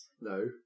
No